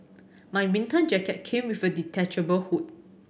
my winter jacket came with a detachable hood